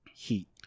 heat